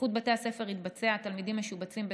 איחוד בתי הספר התבצע, התלמידים משובצים בסח'נין,